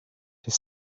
they